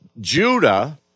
Judah